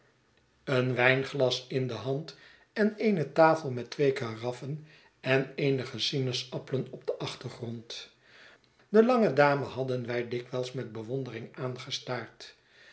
een wijnglas in de hand en eene tafel met twee karaffen en eenige sinaasappelen op den achtergrond de lange dame hadden wij dikwijls met bewondering